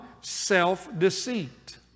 self-deceit